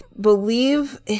believe